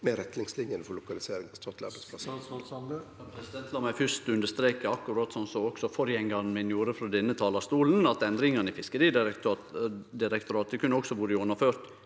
med, retningslinjer for lokalisering